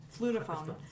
Flutophone